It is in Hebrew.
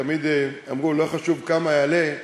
תמיד אמרו: לא חשוב כמה יעלה,